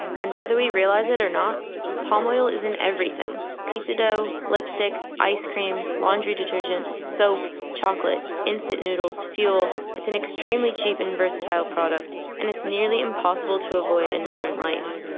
and whether we realize it or not palm oil is in everything pizza dough, lipstick, ice cream, laundry detergent, soap, chocolate, instant noodles, fuel. it's an extremely cheap and versatile product and it's nearly impossible to avoid in modern life.